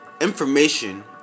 Information